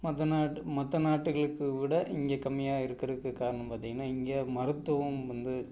மற்ற நாட்டு மற்ற நாட்டுகளுக்கு விட இங்கே கம்மியாக இருக்கிறது காரணம் பார்த்திங்கன்னா இங்கே மருத்துவம் வந்து